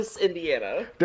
Indiana